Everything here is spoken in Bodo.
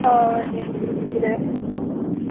अ दे दे